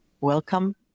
Welcome